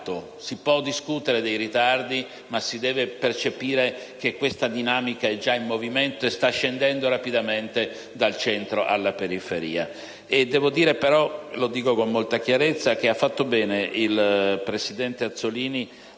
Si può discutere dei ritardi, ma si deve percepire che questa dinamica è già in movimento e sta scendendo rapidamente dal centro alla periferia.